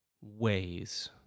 ways